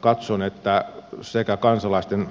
katson että sekä kansalaisten